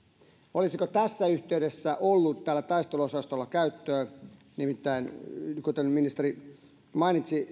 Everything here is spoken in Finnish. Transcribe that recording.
olisiko tässä yhteydessä ollut tällä taisteluosastolla käyttöä nimittäin kuten ministeri mainitsi